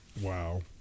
Wow